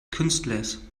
künstlers